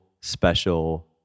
special